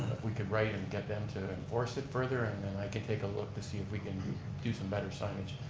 we could write and get the to enforce it further. and i could take a look to see if we can do some better signage.